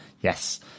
Yes